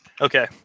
Okay